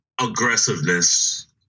Aggressiveness